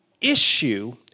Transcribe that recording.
issue